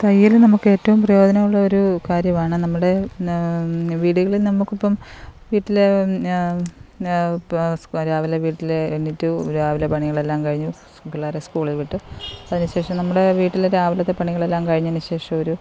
തയ്യല് നമ്മള്ക്ക് ഏറ്റവും പ്രയോജനമുള്ള ഒരു കാര്യമാണ് നമ്മുടെ വീടുകളിൽ നമുക്കിപ്പോള് വീട്ടിലെ രാവിലെ വീട്ടിലെ എണീറ്റു രാവിലെ പണികളെല്ലാം കഴിഞ്ഞു പിള്ളേരെ സ്കൂളില് വിട്ട് അതിന് ശേഷം നമ്മുടെ വീട്ടിലെ രാവിലത്തെ പണികളെല്ലാം കഴിഞ്ഞതിനു ശേഷമൊരു